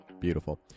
Beautiful